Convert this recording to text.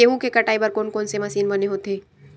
गेहूं के कटाई बर कोन कोन से मशीन बने होथे?